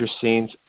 scenes